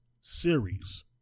series